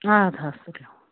اَدٕ حظ تُلِو